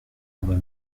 urban